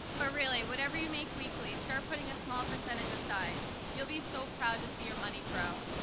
but really, what ever you make weekly start putting a small percentage aside. you'll be so proud to see your money grow.